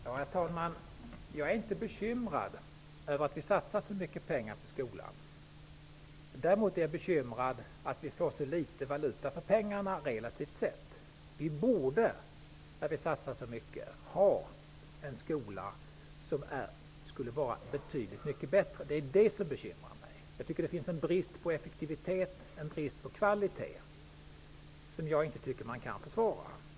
Herr talman! Jag är inte bekymrad över att det satsas så mycket pengar på skolan. Däremot är jag bekymrad över att vi relativt sett får så litet valuta för pengarna. När vi satsar så mycket borde vi ha en betydligt mycket bättre skola. Det är detta som bekymrar mig. Jag tycker att det i skolan finns en brist på effektivitet och kvalitet, något som jag inte tycker att man kan försvara.